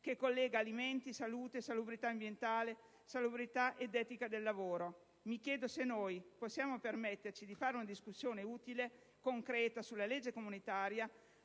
che collega alimenti, salute, salubrità ambientale, salubrità ed etica del lavoro. Mi chiedo se noi possiamo permetterci di fare una disamina utile e concreta sulla legge comunitaria,